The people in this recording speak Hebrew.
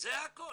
זה הכל.